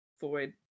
Void